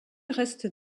reste